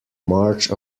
march